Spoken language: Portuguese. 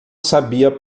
sabia